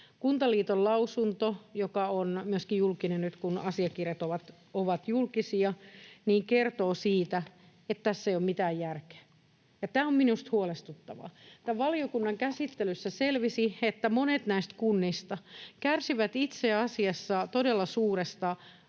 Kuntaliiton lausunto, joka on myöskin julkinen nyt, kun asiakirjat ovat julkisia, kertoo siitä, että tässä ei ole mitään järkeä, ja tämä on minusta huolestuttavaa. Tässä valiokunnan käsittelyssä selvisi, että monet näistä kunnista kärsivät itse asiassa todella suuresta